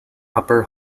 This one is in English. upper